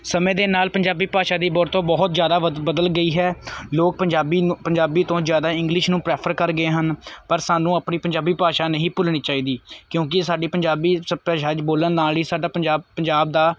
ਸਮੇਂ ਦੇ ਨਾਲ ਪੰਜਾਬੀ ਭਾਸ਼ਾ ਦੀ ਵਰਤੋਂ ਬਹੁਤ ਜ਼ਿਆਦਾ ਬਦ ਬਦਲ ਗਈ ਹੈ ਲੋਕ ਪੰਜਾਬੀ ਪੰਜਾਬੀ ਤੋਂ ਜ਼ਿਆਦਾ ਇੰਗਲਿਸ਼ ਨੂੰ ਪ੍ਰੈਫਰ ਕਰ ਗਏ ਹਨ ਪਰ ਸਾਨੂੰ ਆਪਣੀ ਪੰਜਾਬੀ ਭਾਸ਼ਾ ਨਹੀਂ ਭੁੱਲਣੀ ਚਾਹੀਦੀ ਕਿਉਂਕਿ ਸਾਡੀ ਪੰਜਾਬੀ ਭਾਸ਼ਾ ਬੋਲਣ ਨਾਲ ਹੀ ਸਾਡਾ ਪੰਜਾਬ ਪੰਜਾਬ ਦਾ